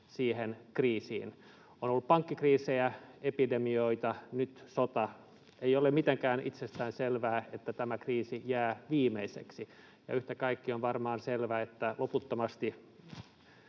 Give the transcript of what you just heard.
siihen kriisiin. On ollut pankkikriisejä, epidemioita, nyt sota. Ei ole mitenkään itsestäänselvää, että tämä kriisi jää viimeiseksi. Ja yhtä kaikki, on varmaan selvä, että loputtomasti